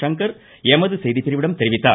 சங்கர் எமது செய்திப்பிரிவிடம் தெரிவித்தார்